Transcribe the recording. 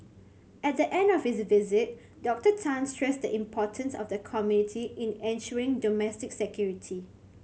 at the end of his visit Doctor Tan stressed the importance of the community in ensuring domestic security